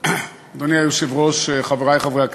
אדוני היושב-ראש, חברי חברי הכנסת,